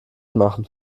machen